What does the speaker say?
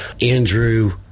andrew